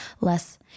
less